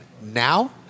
now